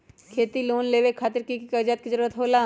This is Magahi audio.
खेती लोन लेबे खातिर की की कागजात के जरूरत होला?